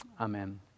Amen